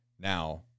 Now